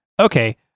okay